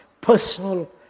personal